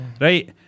right